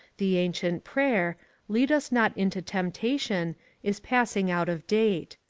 the ancient prayer lead us not into temptation is passing out of date.